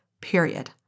period